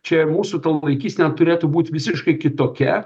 čia i mūsų laikysena turėtų būt visiškai kitokia